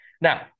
Now